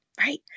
right